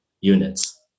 units